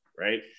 right